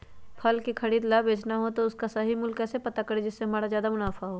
फल का खरीद का बेचना हो तो उसका सही मूल्य कैसे पता करें जिससे हमारा ज्याद मुनाफा हो?